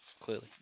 clearly